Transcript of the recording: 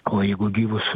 o jeigu gyvus